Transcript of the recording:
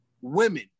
women